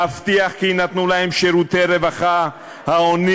להבטיח כי יינתנו להם שירותי רווחה העונים